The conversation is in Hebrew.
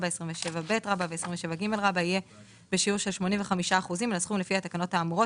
27ב ו-27ג יהיה בשיעור של 85% מן הסכום לפי התקנות האמורות,